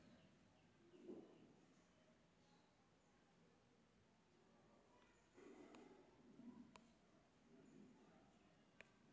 संशोधित लाभक आंकलन सँ विभिन्न क्षेत्र में निवेश कयल गेल